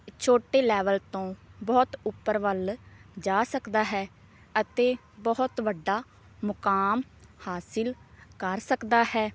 ਛੋਟੇ ਲੈਵਲ ਤੋਂ ਬਹੁਤ ਉੱਪਰ ਵੱਲ ਜਾ ਸਕਦਾ ਹੈ ਅਤੇ ਬਹੁਤ ਵੱਡਾ ਮੁਕਾਮ ਹਾਸਲ ਕਰ ਸਕਦਾ ਹੈ